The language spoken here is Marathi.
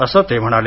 असं ते म्हणाले